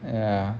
ya